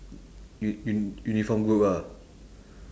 u~ u~ uniform group ah